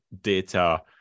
data